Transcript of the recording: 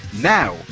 now